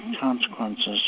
consequences